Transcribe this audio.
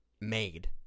made